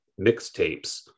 mixtapes